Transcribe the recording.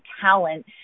talent